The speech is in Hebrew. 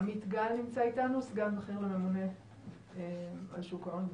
עמית גל נמצא איתנו, סגן בכיר לממונה על שוק ההון.